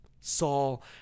Saul